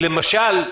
למשל,